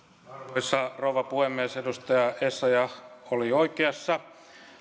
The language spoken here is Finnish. arvoisa rouva puhemies edustaja essayah oli oikeassa